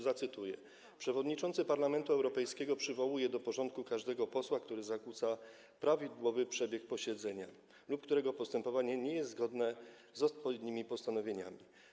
Zacytuję: Przewodniczący Parlamentu Europejskiego przywołuje do porządku każdego posła, który zakłóca prawidłowy przebieg posiedzenia lub którego postępowanie nie jest zgodne z odpowiednimi postanowieniami.